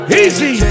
easy